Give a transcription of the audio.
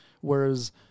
Whereas